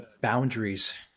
boundaries